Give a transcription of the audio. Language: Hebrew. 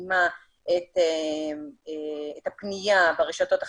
להתאים את הפנייה ברשתות החברתיות.